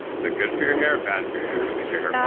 so it good for your hair or bad for your hair? at least your hair